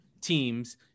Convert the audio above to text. teams